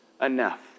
enough